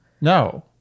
no